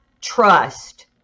trust